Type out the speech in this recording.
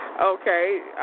okay